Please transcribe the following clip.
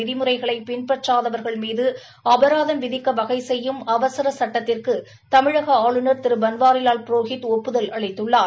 விதிமுறைகளை பின்பற்றாதவர்கள் மீது அபராதம் விதிக்க வகை செய்யும் அவசர சுட்டத்திற்கு தமிழக ஆளுநர் திரு பன்வாரிலால் புரோஹித் ஒப்புதல் அளித்துள்ளார்